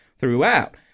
throughout